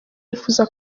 yifuza